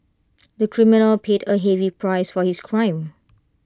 the criminal paid A heavy price for his crime